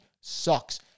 sucks